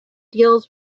deals